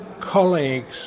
colleagues